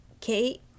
Kate